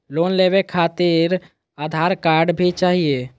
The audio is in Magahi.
लोन लेवे खातिरआधार कार्ड भी चाहियो?